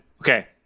Okay